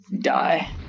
die